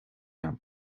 agam